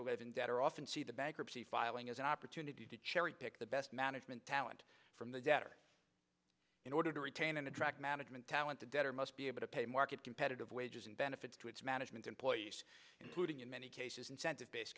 eleven that are often see the bankruptcy filing as an opportunity to cherry pick the best management talent from the debtor in order to retain and attract management talent that better must be able to pay market competitive wages and benefits to its management employees including in many cases incentive based